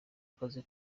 akazi